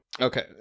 Okay